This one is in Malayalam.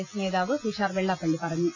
എസ് നേതാവ് തുഷാർ വെള്ളാപ്പള്ളി പറഞ്ഞു